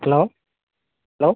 hello hello